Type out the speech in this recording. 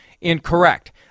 incorrect